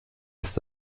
ist